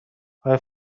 آیا